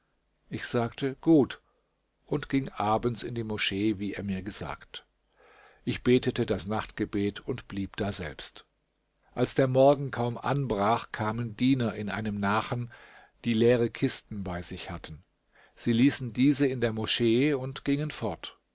ich sagte gut und ging abends in die moschee wie er mir gesagt ich betete das nachtgebet und blieb daselbst als der morgen kaum anbrach kamen diener in einem nachen die leere kisten bei sich hatten sie ließen diese in der moschee und gingen fort